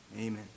amen